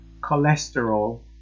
cholesterol